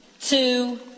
two